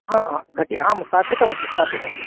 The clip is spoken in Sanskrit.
हा घटिः स्थापितास्ति स्थापितास्ति